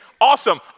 awesome